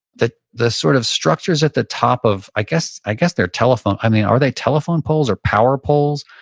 the the sort of structures at the top of, i guess i guess there are telephone, i mean are they telephone poles or power poles?